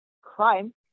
crime